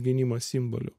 gynimą simboliu